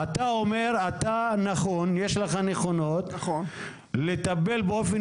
אתה אומר שיש לך נכונות לטפל באופן